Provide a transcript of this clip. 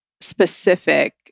specific